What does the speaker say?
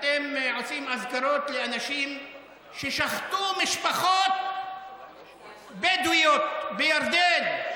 אתם עושים אזכרות לאנשים ששחטו משפחות בדואיות בירדן.